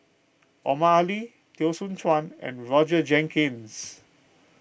Omar Ali Teo Soon Chuan and Roger Jenkins